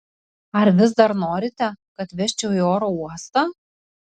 ar vis dar norite kad vežčiau į oro uostą